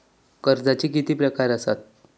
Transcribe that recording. कर्जाचे किती प्रकार असात?